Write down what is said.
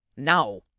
Now